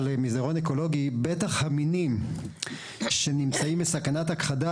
בטח המינים שנמצאים בסכנת הכחדה,